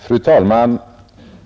Fru talman!